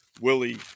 Willie